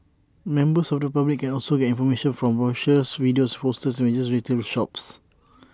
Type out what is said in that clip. members of the public can also get information from brochures videos and posters in major retail shops